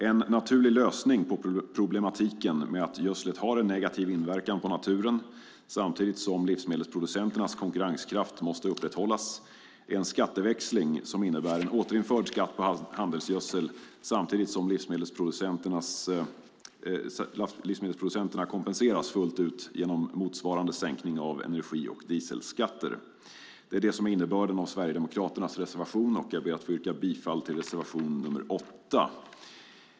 En naturlig lösning på problematiken med att gödslet har en negativ inverkan på naturen, samtidigt som livsmedelsproducenternas konkurrenskraft måste upprätthållas, är en skatteväxling som innebär en återinförd skatt på handelsgödsel samtidigt som livsmedelsproducenterna kompenseras fullt ut genom motsvarande sänkning av energi och dieselskatter. Detta är innebörden i Sverigedemokraternas reservation, och jag yrkar bifall till reservation 8. Fru talman!